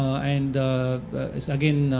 and again,